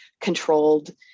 controlled